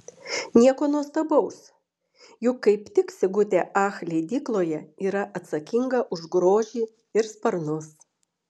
nieko nuostabaus juk kaip tik sigutė ach leidykloje yra atsakinga už grožį ir sparnus